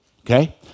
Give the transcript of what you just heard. Okay